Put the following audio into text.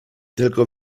tylko